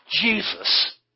Jesus